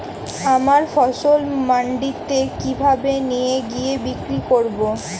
আমার ফসল মান্ডিতে কিভাবে নিয়ে গিয়ে বিক্রি করব?